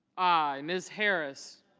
i. ms. harris